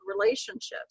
relationships